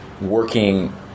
working